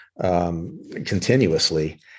continuously